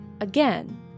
again